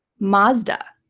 mazda.